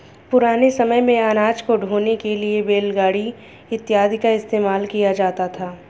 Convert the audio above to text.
पुराने समय मेंअनाज को ढोने के लिए बैलगाड़ी इत्यादि का इस्तेमाल किया जाता था